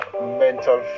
mental